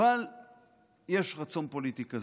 אבל יש רצון פוליטי כזה.